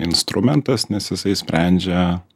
instrumentas nes jisai sprendžia